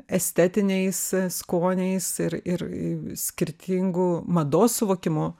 estetiniais skoniais ir ir skirtingu mados suvokimu